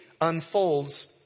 unfolds